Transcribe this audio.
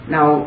Now